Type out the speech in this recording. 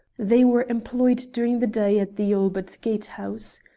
they were employed during the day at the albert gate house.